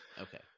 Okay